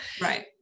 Right